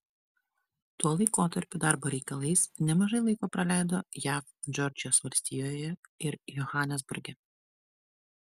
tuo laikotarpiu darbo reikalais nemažai laiko praleido jav džordžijos valstijoje ir johanesburge